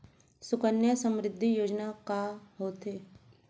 सुकन्या समृद्धि योजना का होथे